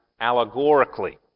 allegorically